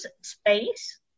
space